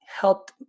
helped